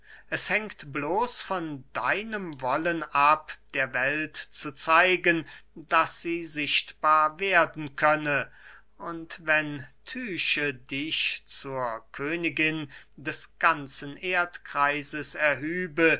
es hängt bloß von deinem wollen ab der welt zu zeigen daß sie sichtbar werden könne und wenn tyche dich zur königin des ganzen erdkreises erhübe